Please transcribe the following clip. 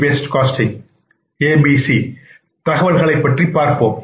M or ABC தகவல்களைப் பற்றி பார்ப்போம்